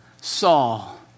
Saul